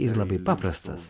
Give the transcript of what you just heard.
ir labai paprastas